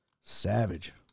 Savage